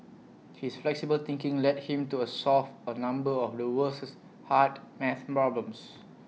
his flexible thinking led him to A solve A number of the world's harder math problems